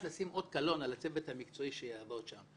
לשים אות קלון על הצוות המקצועי שיעבוד שם.